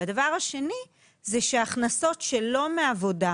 הדבר השני הוא שהכנסות שלא מעבודה,